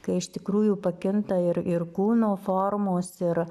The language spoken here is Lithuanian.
kai iš tikrųjų pakinta ir ir kūno formos ir